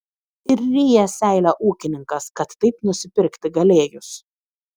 ir ryja seilę ūkininkas kad taip nusipirkti galėjus